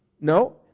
No